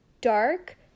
dark